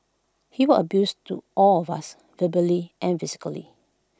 he were abuse to all of us verbally and physically